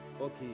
okay